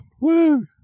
Woo